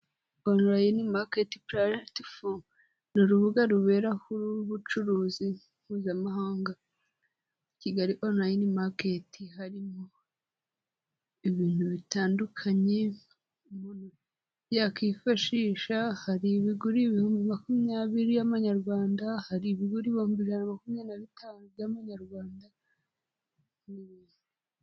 Onurayini maketi pratifomu ni urubuga ruberaho ubucuruzi mpuzamahanga, Kigali onurayini maketi harimo ibintu bitandukanye umuntu yakwifashisha, hari ibiguri ibihumbi makumyabiri y'amanyarwanda hari ibihuhumbi ijana makumyabiri na bitanu by'amanyarwanda.